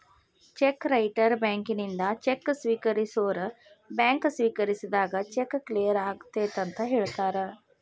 check writer ಬ್ಯಾಂಕಿನಿಂದ cheque ಸ್ವೇಕರಿಸೋರ್ bank ಸ್ವೇಕರಿಸಿದಾಗ ಚೆಕ್ ಕ್ಲಿಯರ್ ಆಗೆದಂತ ಹೇಳ್ತಾರ